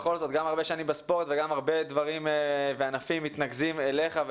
אתה הרבה שנים בספורט וגם הרבה ענפים מתנקזים אליך.